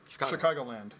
Chicagoland